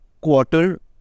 quarter